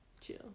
Chill